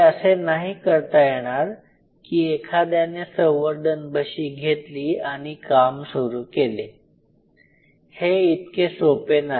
हे असे नाही करता येणार कि एखाद्याने संवर्धन बशी घेतली आणि काम सुरू केले हे इतके सोपे नाही